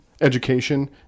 education